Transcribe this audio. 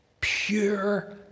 Pure